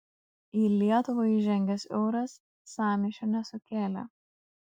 į lietuvą įžengęs euras sąmyšio nesukėlė